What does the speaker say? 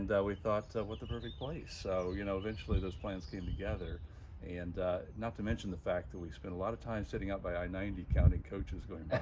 we thought what the perfect place. so you know eventually this plans came together and not to mention the fact that we spent a lot of time sitting up by i ninety counting coaches going